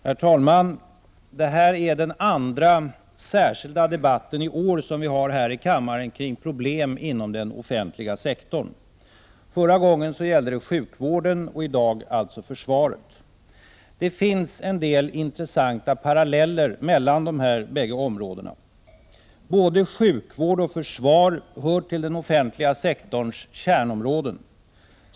Herr talman! Det här är den andra särskilda debatten i år som vi har här i kammaren kring problem inom den offentliga sektorn. Förra gången gällde det sjukvården och i dag alltså försvaret. Det finns en del intressanta paralleller mellan dessa bägge områden. Både sjukvård och försvar hör till den offentliga sektorns kärnområden.